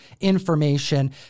information